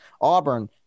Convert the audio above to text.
Auburn